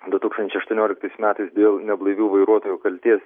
du tūkstančiai aštuonioliktais metais dėl neblaivių vairuotojų kaltės